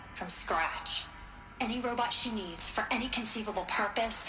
from scratch any robot she needs, for any conceivable purpose.